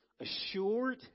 Assured